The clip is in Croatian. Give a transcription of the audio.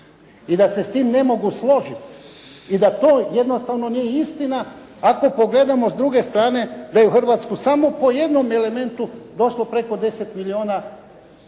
i da se s tim ne mogu složiti i da to jednostavno nije istina, ako pogledamo s druge strane da je u Hrvatsku samo po jednom elementu došlo preko 10 milijuna